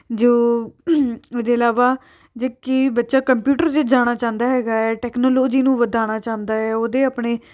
ਜੋ ਉਹਦੇ ਇਲਾਵਾ ਜੇ ਕੀ ਬੱਚਾ ਕੰਪਿਊਟਰ 'ਚ ਜਾਣਾ ਚਾਹੁੰਦਾ ਹੈਗਾ ਟੈਕਨੋਲੋਜੀ ਨੂੰ ਵਧਾਉਣਾ ਚਾਹੁੰਦਾ ਹੈ ਉਹਦੇ ਆਪਣੇ